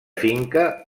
finca